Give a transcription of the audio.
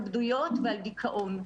התאבדויות ועל דיכאון,